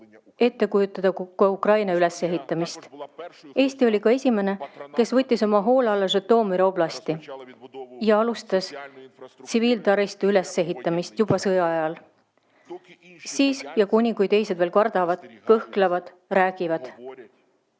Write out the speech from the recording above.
ette kujutada Ukraina ülesehitamist. Eesti oli ka esimene, kes võttis oma hoole alla Žõtomõri oblasti ja alustas tsiviiltaristu ülesehitamist juba sõja ajal. Kuni teised veel kardavad, kõhklevad, räägivad,